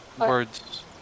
words